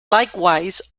likewise